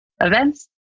events